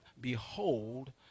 Behold